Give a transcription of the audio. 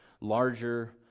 larger